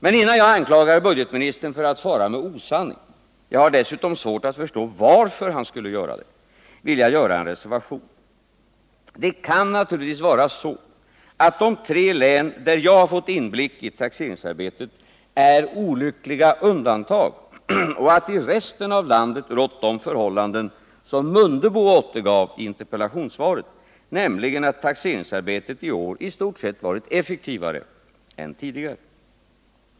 Men innan jag anklagar budgetministern för att fara med osanning jag har dessutom svårt att förstå varför han skulle göra det — vill jag göra en reservation. Det kan naturligtvis vara så att de tre län, där jag fått inblick i taxeringsarbetet, är olyckliga undantag och att i resten av landet rått de förhållanden som Ingemar Mundebo återgav i interpellationssvaret, nämligen att taxeringsarbetetet i år i stort sett varit effektivare än tidigare.